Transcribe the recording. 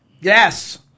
Yes